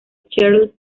charles